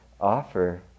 offer